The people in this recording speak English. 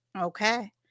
Okay